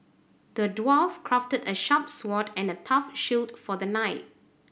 the dwarf crafted a sharp sword and a tough shield for the knight